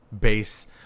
base